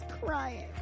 crying